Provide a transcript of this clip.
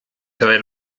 tre